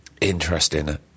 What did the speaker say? interesting